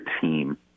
team